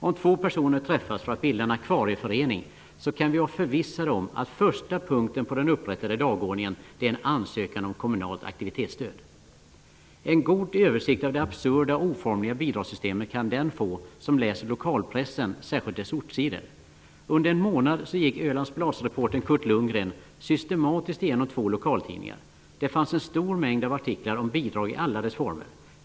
Om två personer träffas för att bilda en akvarieförening kan vi vara förvissade om att första punkten på den upprättade dagordningen är ansökan om kommunalt aktivitetsstöd. En god översikt av det absurda och oformliga bidragssystemet kan den få som läser lokalpressen, särskilt dess ortssidor. Under en månad gick Ölandsbladsreportern Kurt Lundgren systematiskt igenom två lokaltidningar. Det fanns en stor mängd av artiklar om bidrag i alla dess former.